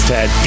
Ted